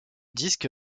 disque